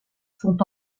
sont